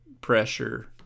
pressure